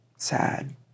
Sad